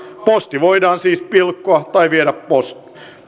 posti voidaan siis pilkkoa tai viedä post